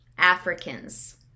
Africans